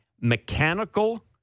mechanical